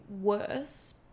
worse